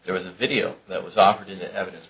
there was a video that was offered into evidence